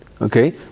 okay